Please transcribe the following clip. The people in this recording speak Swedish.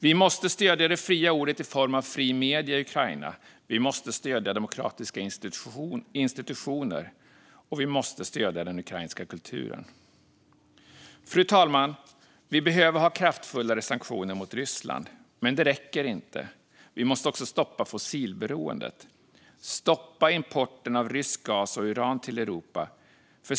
Vi måste stödja det fria ordet i form av fria medier i Ukraina, vi måste stödja demokratiska institutioner och vi måste stödja den ukrainska kulturen. Fru talman! Vi behöver ha kraftfullare sanktioner mot Ryssland. Men det räcker inte. Vi måste också stoppa fossilberoendet och stoppa importen av rysk gas och ryskt uran till Europa.